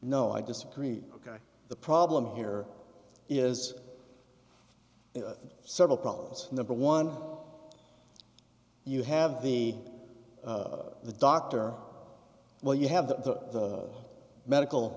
no i disagree ok the problem here is several problems number one you have the the doctor well you have the medical